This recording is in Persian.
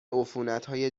عفونتهای